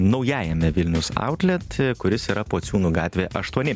naujajame vilnius autlet kuris yra pociūnų gatvė aštuoni